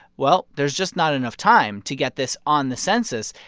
well, there's just not enough time to get this on the census.